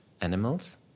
animals